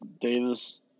Davis